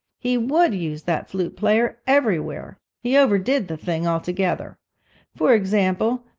he would use that flute-player everywhere he overdid the thing altogether for example,